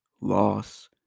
loss